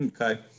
Okay